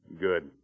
Good